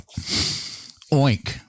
oink